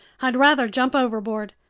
i'd rather jump overboard!